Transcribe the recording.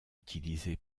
utilisée